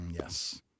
Yes